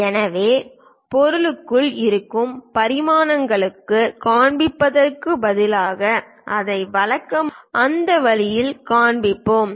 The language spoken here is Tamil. எனவே பொருளுக்குள் இருக்கும் பரிமாணங்களுக்குள் காண்பிப்பதற்கு பதிலாக அதை வழக்கமாக அந்த வழியில் காண்பிப்போம்